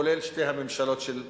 כולל שתי הממשלות של נתניהו.